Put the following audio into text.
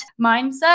mindset